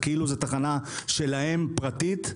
כאילו זו תחנה שלהם פרטית,